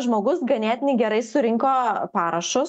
žmogus ganėtinai gerai surinko parašus